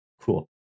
Cool